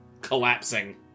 collapsing